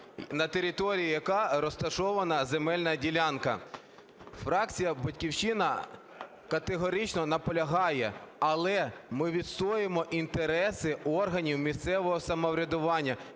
на території якої розташована земельна ділянка". Фракція "Батьківщина" категорично наполягає, але ми відстоюємо інтереси органів місцевого самоврядування,